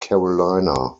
carolina